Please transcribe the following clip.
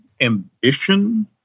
ambition